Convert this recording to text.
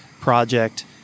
project